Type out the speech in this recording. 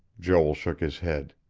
joel shook his head.